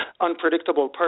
unpredictable